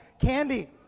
candy